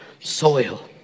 soil